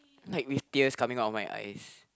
like with tears coming out of my eyes